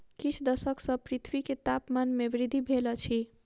किछ दशक सॅ पृथ्वी के तापमान में वृद्धि भेल अछि